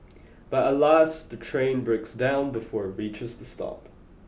but alas the train breaks down before it reaches the stop